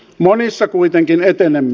monissa kuitenkin etenemme